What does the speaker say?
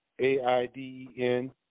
A-I-D-E-N